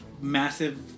massive